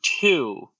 two